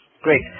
Great